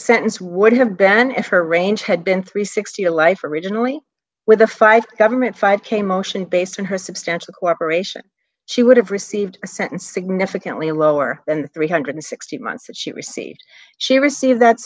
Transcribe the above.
sentence would have been if her range had been three hundred and sixty a life originally with a five government five k motion based on her substantial cooperation she would have received a sentence significantly lower than the three hundred and sixty months that she received she received that